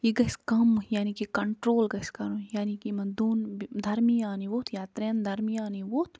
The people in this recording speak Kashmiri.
یہِ گژھِ کَم یعنی کہِ کَنٹرٛول گژھِ کَرُن یعنی کہِ یِمَن دۄن درمیان یہِ ووتھ یا ترٛٮ۪ن درمیان یہِ ووٚتھ